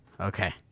Okay